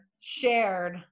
shared